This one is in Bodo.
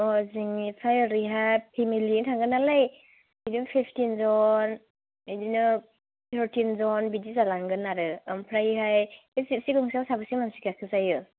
अ' जोंनिफ्राय ओरैहाय फेमिलियैनो थांगोन नालाय बिदिनो फिफथिन जन बिदिनो फरथिन जन बिदि जालांगोन आरो ओमफ्रायहाय बे जिबसि गंसेयाव साबेसे मानसि गाखो जायो